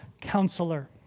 counselor